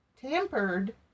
Tampered